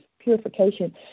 purification